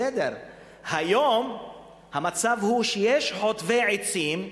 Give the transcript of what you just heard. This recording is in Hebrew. המצב היום הוא שיש חוטבי עצים,